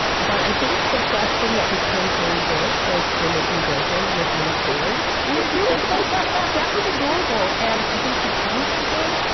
but i think the best thing that her campaign did was her making doses with mindy kaling really? like i thought that was adorable. and i think her fans were good.